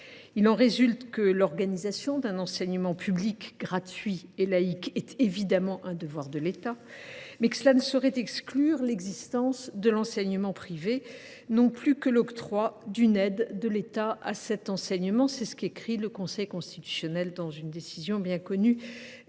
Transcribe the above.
Il en résulte que, si l’organisation d’un enseignement public gratuit et laïque est évidemment un devoir de l’État, cela ne saurait exclure l’existence de l’enseignement privé, non plus que l’octroi d’une aide de l’État à celui ci. C’est ce qu’a indiqué le Conseil constitutionnel dans une décision bien connue